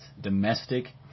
domestic